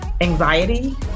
anxiety